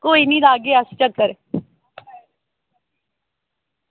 कोई निं लागे अस चक्कर